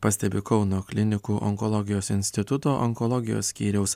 pastebi kauno klinikų onkologijos instituto onkologijos skyriaus